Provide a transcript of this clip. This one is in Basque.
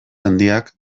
handiak